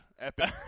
epic